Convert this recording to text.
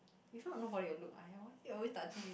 if not nobody will look I have one kid always touching me